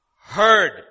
heard